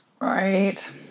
Right